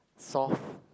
soft